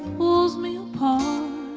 pulls me apart